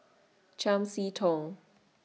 Chiam See Tong